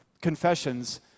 confessions